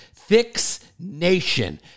FixNation